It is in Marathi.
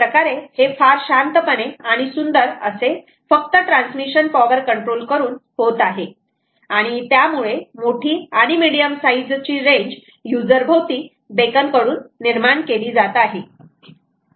अशाप्रकारे हे फार शांतपणे आणि सुंदर असे फक्त ट्रान्समिशन पावर कंट्रोल करून होत आहे आणि त्यामुळे मोठी आणि मीडियम साईज ची रेंज यूजर भोवती बेकन कडून निर्माण केली जात आहे